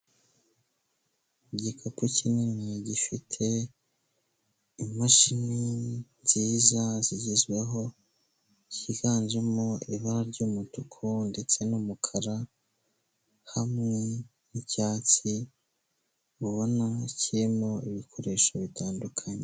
Igikapu kinini gifite imashini nziza zigezweho, cyiganjemo ibara ry'umutuku ndetse n'umukara, hamwe n'icyatsi, ubona kirimo ibikoresho bitandukanye.